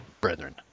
Brethren